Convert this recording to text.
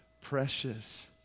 precious